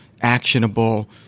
actionable